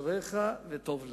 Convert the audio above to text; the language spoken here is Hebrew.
אשריך וטוב לך.